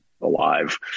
alive